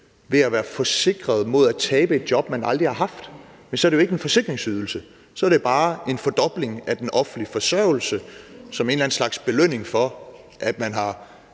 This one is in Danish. ved at de er forsikret mod at tabe et job, de aldrig har haft. Men så er det jo ikke en forsikringsydelse, så er det bare en fordobling af den offentlige forsørgelse som en eller anden slags belønning for, at man har